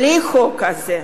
בלי חוק כזה,